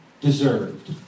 deserved